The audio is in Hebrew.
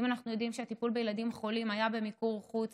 אנחנו יודעים שהטיפול בילדים חולים היה במיקור-חוץ